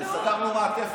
ובעזרת השם,